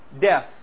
death